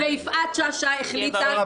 ויפעת שאשא החליטה --- שיהיה ברור,